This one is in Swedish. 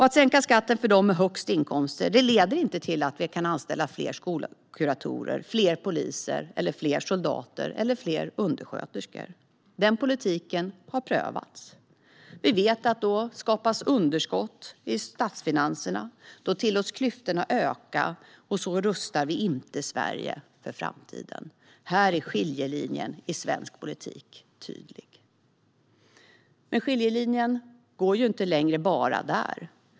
Att sänka skatten för dem med högst inkomster leder inte till att vi kan anställa fler skolkuratorer, fler poliser, fler soldater eller fler undersköterskor. Den politiken har prövats. Vi vet att då skapas underskott i statsfinanserna, och då tillåts klyftorna öka. Så rustar vi inte Sverige för framtiden. Här är skiljelinjen i svensk politik tydlig. Men skiljelinjen går inte längre bara där.